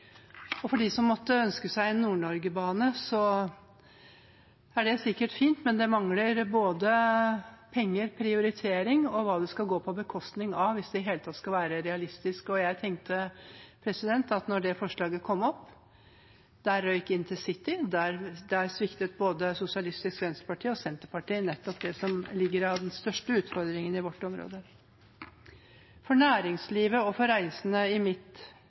som måtte ønske seg en Nord-Norgebane: Det er sikkert fint, men det mangler både penger, prioritering og hva det skal gå på bekostning av, hvis det i det hele tatt skal være realistisk. Da det forslaget kom opp, tenkte jeg at der røyk intercity, og der sviktet både Sosialistisk Venstreparti og Senterpartiet nettopp det som ligger som den største utfordringen i vårt område. For næringslivet og for reisende i mitt